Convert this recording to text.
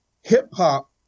Hip-hop